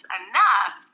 enough